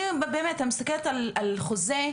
אני מסתכלת על חוזה,